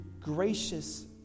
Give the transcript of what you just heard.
gracious